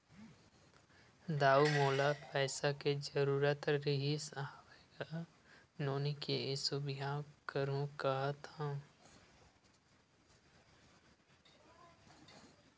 दाऊ मोला पइसा के जरुरत रिहिस हवय गा, नोनी के एसो बिहाव करहूँ काँहत हँव